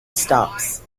stops